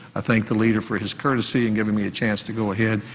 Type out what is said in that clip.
i thank the leader for his courtesy in giving me a chance to go ahead.